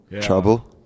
Trouble